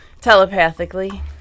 Telepathically